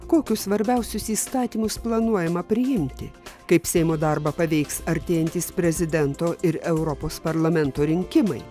kokius svarbiausius įstatymus planuojama priimti kaip seimo darbą paveiks artėjantys prezidento ir europos parlamento rinkimai